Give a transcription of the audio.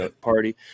party